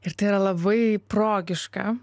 ir tai yra labai progiška